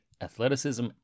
athleticism